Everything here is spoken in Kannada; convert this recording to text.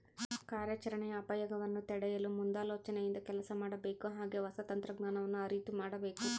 ಕಾರ್ಯಾಚರಣೆಯ ಅಪಾಯಗವನ್ನು ತಡೆಯಲು ಮುಂದಾಲೋಚನೆಯಿಂದ ಕೆಲಸ ಮಾಡಬೇಕು ಹಾಗೆ ಹೊಸ ತಂತ್ರಜ್ಞಾನವನ್ನು ಅರಿತು ಮಾಡಬೇಕು